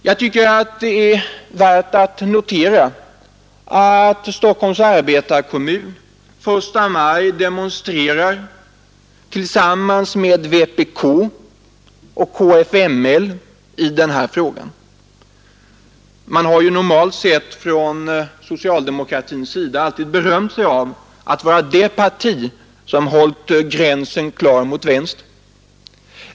Jag tycker att det är värt att notera att Stockholms arbetarekommun den 1 maj demonstrerade tillsammans med vpk och kfml i den här frågan. Man har ju normalt sett från socialdemokratins sida alltid berömt sig av att vara det parti som hållit ”gränsen klar mot vänster”.